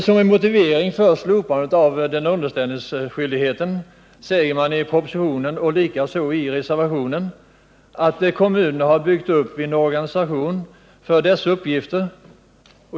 Som en motivering för slopandet av denna underställningsskyldighet säger man i propositionen, och likaså i reservationen, att kommunerna har byggt upp en organisation för dessa uppgifter.